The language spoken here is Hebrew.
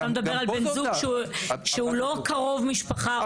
אתה מדבר על בן זוג שהוא לא קרוב משפחה.